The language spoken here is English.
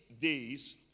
days